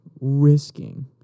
risking